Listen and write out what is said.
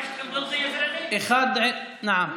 נעאם.